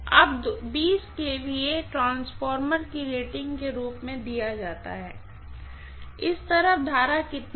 अब kVA transformer की rating के रूप में दिया जाता है इस तरफ करंट कितनी है